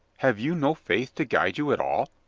have you no faith to guide you at all?